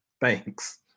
Thanks